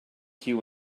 queue